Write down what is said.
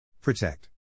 Protect